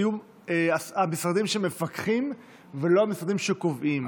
תהיו המשרדים שמפקחים ולא המשרדים שקובעים.